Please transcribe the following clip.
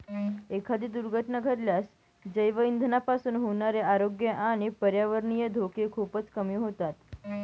एखादी दुर्घटना घडल्यास जैवइंधनापासून होणारे आरोग्य आणि पर्यावरणीय धोके खूपच कमी होतील